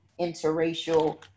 interracial